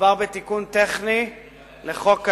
מדובר בתיקון טכני לחוק קיים.